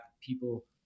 people